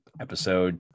episode